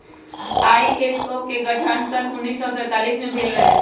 ISO के गठन सन उन्नीस सौ सैंतालीस में भेल रहै